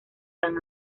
san